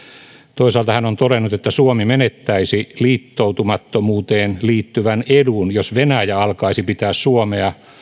toisaalta hän on todennut että suomi menettäisi liittoutumattomuuteen liittyvän edun jos venäjä alkaisi pitää suomea